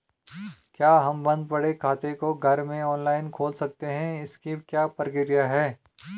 क्या हम बन्द पड़े खाते को घर में ऑनलाइन खोल सकते हैं इसकी क्या प्रक्रिया है?